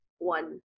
one